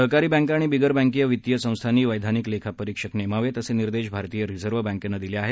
सहकारी बँका आणि बिगर बँकीय वित्तीय संस्थांनी वैधानिक लेखापरीक्षक नेमावेत असे निर्देश भारतीय रिझर्व्ह बँकेनं दिले आहे